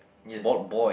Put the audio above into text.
yes